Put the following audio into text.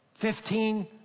Fifteen